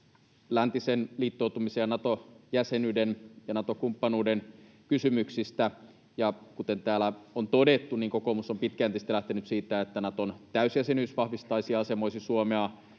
läntisen liittoutumisen ja Nato-jäsenyyden ja Nato-kumppanuuden kysymyksistä, ja kuten täällä on todettu, kokoomus on pitkään tietysti lähtenyt siitä, että Naton täysjäsenyys vahvistaisi ja asemoisi Suomea.